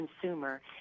consumer